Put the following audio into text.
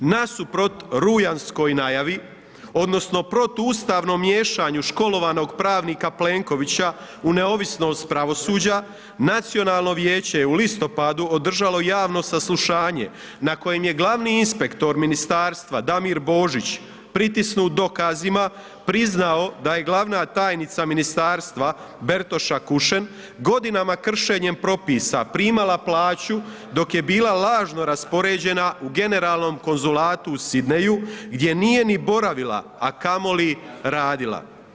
Nasuprot rujanskoj najavi odnosno protuustavnom miješanju školovanog pravnika Plenkovića u neovisnost pravosuđa, Nacionalno vijeće je u listopadu održalo javno saslušanje na kojem je glavni inspektor ministarstva Damir Božić pritisnut dokazima, priznao da je glavna tajnica ministarstva Bertoša Kušen, godinama kršenje propisa, primala plaću dok je bila lažno raspoređena u generalnom konzulatu u Sydneyju gdje nije ni boravila a kamoli radila.